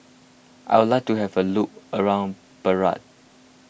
I would like to have a look around Beirut